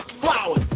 flowers